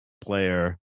player